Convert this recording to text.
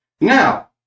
Now